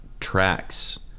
tracks